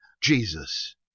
Jesus